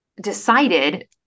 decided